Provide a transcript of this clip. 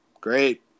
Great